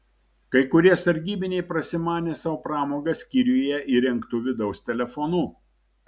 kai kurie sargybiniai prasimanė sau pramogą skyriuje įrengtu vidaus telefonu